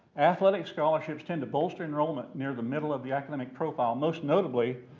athletic scholarships tend to bolster enrollment near the middle of the academic profile, most notably,